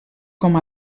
com